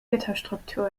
gitterstruktur